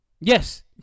Yes